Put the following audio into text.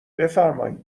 بفرمایین